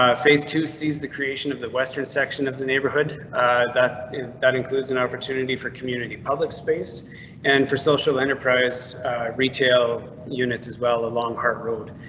phase two sees the creation of the western section of the neighborhood that that includes an opportunity for community public space and for social enterprise retail units as well. a long hard rd.